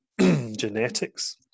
genetics